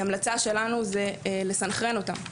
ההמלצה שלנו היא לסנכרן אותם.